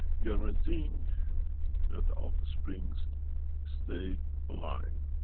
guaranteeing that the offsprings stay alive,